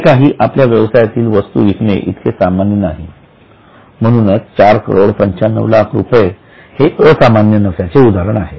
हे काही आपल्या व्यवसायातील वस्तू विकणे इतके सामान्य नाही म्हणूनच चार करोड 95 लाख रुपये हे असामान्य नफ्याचे उदाहरण आहे